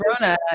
rona